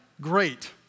great